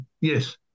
Yes